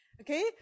Okay